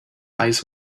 eyes